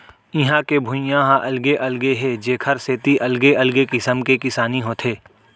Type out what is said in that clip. इहां के भुइंया ह अलगे अलगे हे जेखर सेती अलगे अलगे किसम के किसानी होथे